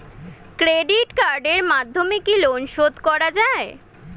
Credit কার্ডের মাধ্যমে কি লোন শোধ করা যায়?